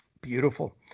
Beautiful